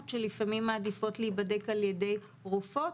שלפעמים מעדיפות להיבדק על ידי רופאות.